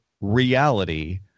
reality